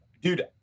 Dude